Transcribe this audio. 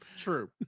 true